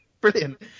Brilliant